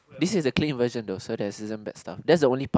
this is a clean version though so there isn't bad stuff that's the only part